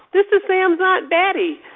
this is sam's aunt betty.